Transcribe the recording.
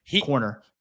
corner